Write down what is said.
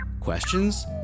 Questions